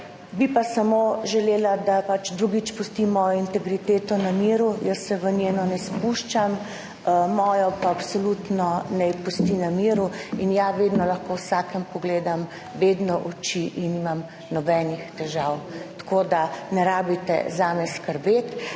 Bi pa samo želela, da drugič pustimo integriteto pri miru. Jaz se v njeno ne spuščam, mojo pa naj absolutno pusti pri miru. In ja, vedno lahko vsakemu pogledam v oči in nimam nobenih težav, tako da ne rabite skrbeti